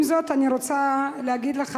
עם זאת, אני רוצה להגיד לך,